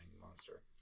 monster